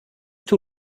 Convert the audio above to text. too